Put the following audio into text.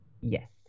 Yes